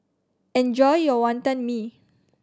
enjoy your Wantan Mee